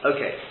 Okay